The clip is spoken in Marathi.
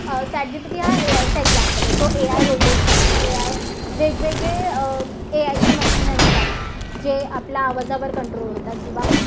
चॅटजीपीटी हा ए आयचा एक्झाम्पल आहे सो ए आय रोबोट चालले आहेत ए आय वेगवेगळे ए आयच्या मशीनरीज आले आहेत जे आपल्या आवाजावर कंट्रोल होतात किंवा